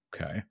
Okay